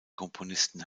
komponisten